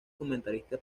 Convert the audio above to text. comentarista